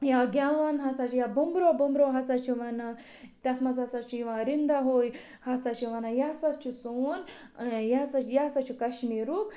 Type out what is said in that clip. یا گٮ۪وان ہَسا چھِ یا بوٚمبرو بوٚمبرو ہَسا چھِ وَنان تَتھ منٛز ہَسا چھِ یِوان رِنٛدا ہو ہَسا چھِ وَنان یہِ ہَسا چھُ سون یہِ ہَسا یہِ ہَسا چھُ کَشمیٖرُک